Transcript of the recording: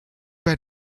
bei